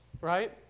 right